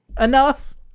Enough